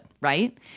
right